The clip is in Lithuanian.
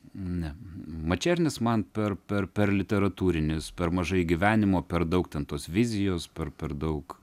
ne mačernis man per per per literatūrinis per mažai gyvenimo per daug ten tos vizijos per per daug